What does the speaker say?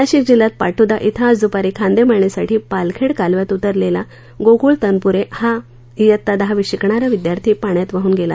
नाशिक जिल्ह्यात पाटोदा इथंही आज दुपारी खांदेमळणीसाठी पालखेड कालव्यात उतरलेला गोक्ळ तनपुरे हा इयत्ता दहावीत शिकणारा विद्यार्थी पाण्यात वाहन गेला